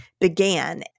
began